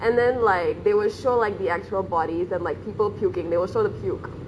and then like they will show like the actual bodies and like people puking they will show the puke